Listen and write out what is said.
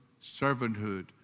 servanthood